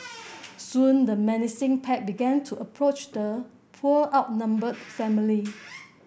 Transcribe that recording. soon the menacing pack began to approach the poor outnumbered family